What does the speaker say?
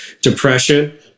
depression